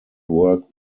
work